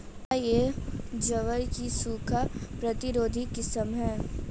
क्या यह ज्वार की सूखा प्रतिरोधी किस्म है?